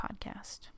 podcast